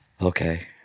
Okay